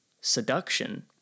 seduction